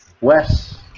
Wes